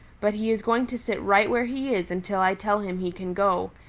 but he is going to sit right where he is until i tell him he can go,